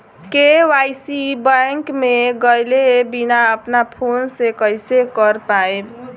KYC bank मे गएले बिना अपना फोन से कइसे कर पाएम?